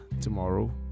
tomorrow